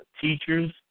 teachers